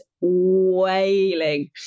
wailing